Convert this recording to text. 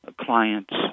clients